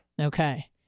Okay